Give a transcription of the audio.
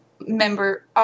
member